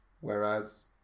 Whereas